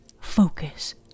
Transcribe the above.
Focus